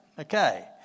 Okay